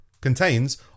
Contains